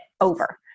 over